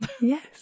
Yes